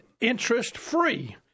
interest-free